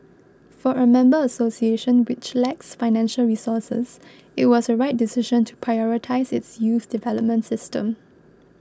for a member association which lacks financial resources it was a right decision to prioritise its youth development system